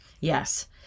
Yes